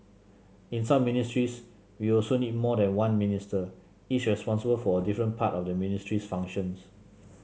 in some ministries we also need more than one Minister each responsible for a different part of the ministry's functions